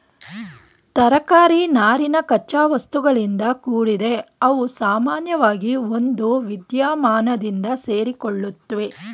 ತರಕಾರಿ ನಾರಿನ ಕಚ್ಚಾವಸ್ತುಗಳಿಂದ ಕೂಡಿದೆ ಅವುಸಾಮಾನ್ಯವಾಗಿ ಒಂದುವಿದ್ಯಮಾನದಿಂದ ಸೇರಿಕೊಳ್ಳುತ್ವೆ